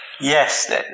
yes